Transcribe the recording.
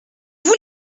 vous